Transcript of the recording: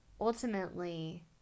ultimately